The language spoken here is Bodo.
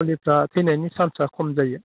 फुलिफ्रा थैनायनि सान्सआ खम जायो